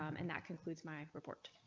um and that concludes my report.